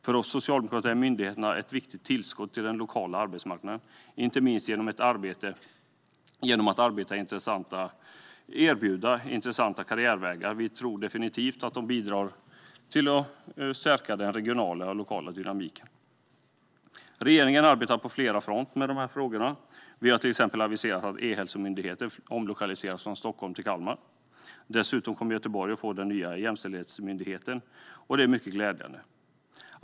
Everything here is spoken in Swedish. För oss socialdemokrater är myndigheterna ett viktigt tillskott till den lokala arbetsmarknaden, inte minst genom att de erbjuder intressanta karriärvägar. Vi tror definitivt att de bidrar till att stärka regional och lokal dynamik. Regeringen arbetar med frågorna på flera fronter. Vi har till exempel aviserat att E-hälsomyndigheten ska omlokaliseras från Stockholm till Kalmar. Dessutom kommer den nya jämställdhetsmyndigheten att placeras i Göteborg. Det är mycket glädjande.